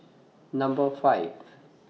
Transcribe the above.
Number five